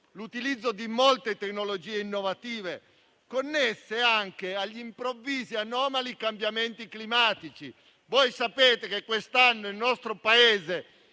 all'utilizzo di molte tecnologie innovative connesse anche agli improvvisi e anomali cambiamenti climatici. Voi sapete che quest'anno il nostro Paese